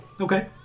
okay